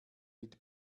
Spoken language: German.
mit